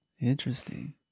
Interesting